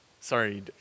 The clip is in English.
sorry